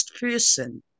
person